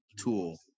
tool